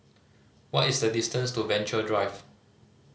what is the distance to Venture Drive